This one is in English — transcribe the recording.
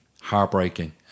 heartbreaking